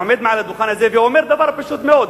עומד מעל הדוכן הזה ואומר דבר פשוט מאוד: